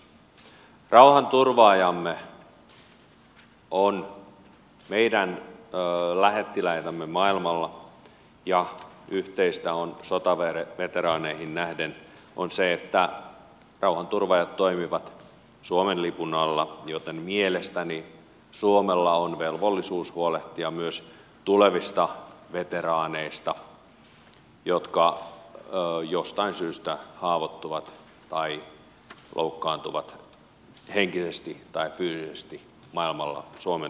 rauhanturvaajamme ovat meidän lähettiläitämme maailmalla ja yhteistä sotaveteraaneihin nähden on se että rauhanturvaajat toimivat suomen lipun alla joten mielestäni suomella on velvollisuus huolehtia myös tulevista veteraaneista jotka jostain syystä haavoittuvat tai loukkaantuvat henkisesti tai fyysisesti maailmalla suomen lippua heiluttaen